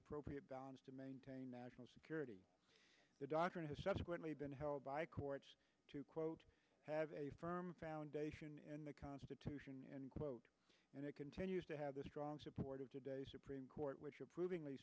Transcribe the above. appropriate balance to maintain national security the doctrine has subsequently been held by court to quote have a firm foundation in the constitution and quote and it continues to have the strong support of today's supreme court which approvingly